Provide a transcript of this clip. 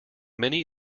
many